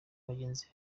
bagenzi